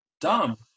dumb